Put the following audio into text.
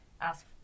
ask